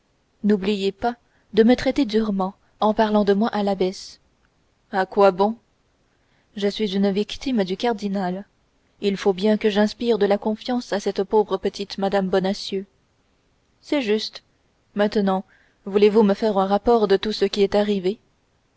n'oubliez pas de me traiter durement en parlant de moi à l'abbesse à quoi bon je suis une victime du cardinal il faut bien que j'inspire de la confiance à cette pauvre petite mme bonacieux c'est juste maintenant voulez-vous me faire un rapport de tout ce qui est arrivé